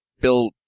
Bill